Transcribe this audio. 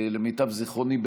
למיטב זיכרוני,